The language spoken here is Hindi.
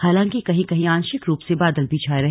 हालांकि कहीं कहीं आंशिक रूप से बादल भी छाये रहे